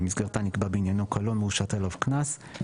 במסגרתה נקבע בעניינו קלון והושת עליו קנס.